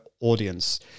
audience